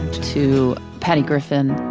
to patty griffin